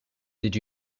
did